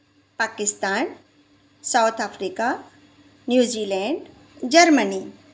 Pakistan South Africa New Zealand Germany